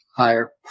Higher